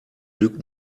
lügt